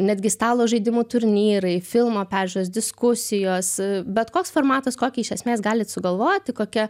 netgi stalo žaidimų turnyrai filmo peržiūros diskusijos bet koks formatas kokį iš esmės galit sugalvoti kokia